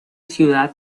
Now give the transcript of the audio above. ciudad